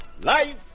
Life